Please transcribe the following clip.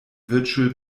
virtual